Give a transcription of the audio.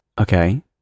Okay